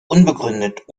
unbegründet